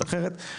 אחרת,